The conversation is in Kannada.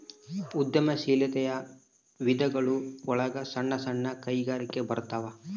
ಉದ್ಯಮ ಶೀಲಾತೆಯ ವಿಧಗಳು ಒಳಗ ಸಣ್ಣ ಸಣ್ಣ ಕೈಗಾರಿಕೆ ಬರತಾವ